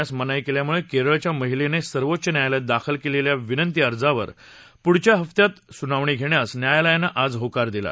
शबरीमला मंदिरात प्रवेश करण्यास मनाई केल्यामुळे केरळच्या महिलेने सर्वोच्च न्यायालयात दाखल केलेल्या विनंती अर्जावर पुढच्या हफ्त्यात सुनावणी घेण्यास न्यायालयानं आज होकार दिला